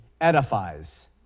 edifies